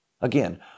Again